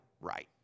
right